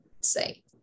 say